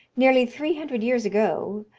nearly three hundred years ago,